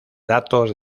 datos